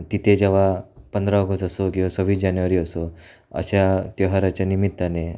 तिथे जेव्हा पंधरा ऑगस्ट असो किंवा सव्वीस जानेवारी असो अशा त्योहाराच्या निमित्ताने